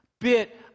bit